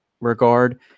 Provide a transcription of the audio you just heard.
regard